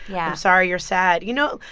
yeah. i'm sorry you're sad. you know,